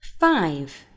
Five